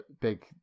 big